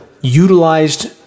utilized